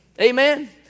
Amen